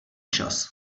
čas